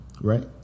Right